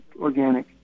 organic